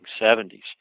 1970s